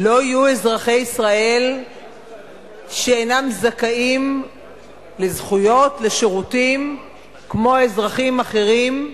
לא יהיו אזרחי ישראל שאינם זכאים לזכויות ולשירותים כמו אזרחים אחרים,